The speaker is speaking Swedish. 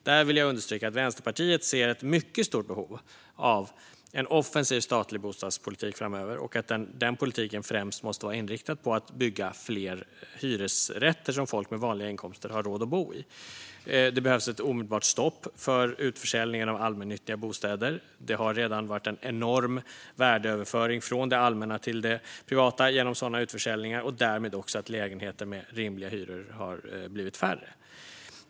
Där vill jag understryka att Vänsterpartiet ser ett mycket stort behov av en offensiv statlig bostadspolitik framöver, och den politiken måste främst vara inriktad på att bygga fler hyresrätter som folk med vanliga inkomster har råd att bo i. Det behövs ett omedelbart stopp för utförsäljningen av allmännyttiga bostäder. Det har redan varit en enorm värdeöverföring från det allmänna till det privata genom sådana utförsäljningar, och därmed har också antalet lägenheter med rimliga hyror blivit mindre.